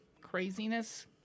craziness